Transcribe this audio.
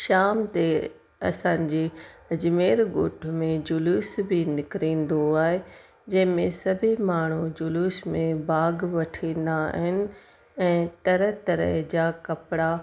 शाम ते असांजे अजमेर ॻोठ में जुलूसु बि निकिरंदो आहे जंहिं में सभी माण्हू जुलूस में भाॻु वठंदा आहिनि ऐं तरह तरह जा कपिड़ा